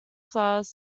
flowers